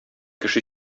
кеше